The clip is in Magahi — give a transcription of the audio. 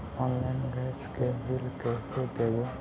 आनलाइन गैस के बिल कैसे देबै?